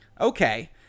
Okay